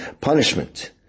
punishment